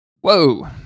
whoa